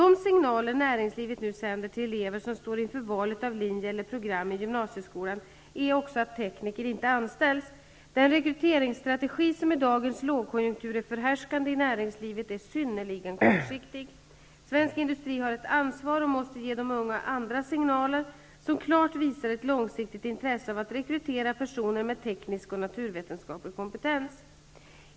De signaler näringslivet nu sänder till elever som står inför valet av linje eller program i gymnasieskolan är att tekniker inte anställs. Den rekryteringsstrategi som i dagens lågkonjunktur är förhärskande i näringslivet är synnerligen kortsiktig. Svensk industri har ett ansvar och måste ge de unga andra signaler som klart visar ett långsiktigt intresse av att rekrytera personer med teknisk och naturvetenskaplig kompetens.